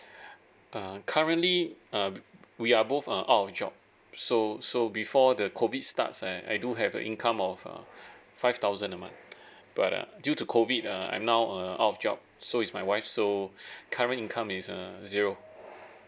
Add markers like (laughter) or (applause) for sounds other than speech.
(breath) uh currently uh we are both uh out of job so so before the COVID starts uh I I do have a income of uh five thousand a month but uh due to COVID uh I'm now uh out of job so is my wife so (breath) current income is uh zero